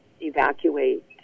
evacuate